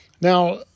Now